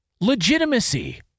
Legitimacy